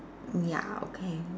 ya okay